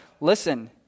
Listen